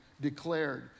declared